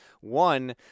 One